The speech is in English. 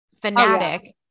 fanatic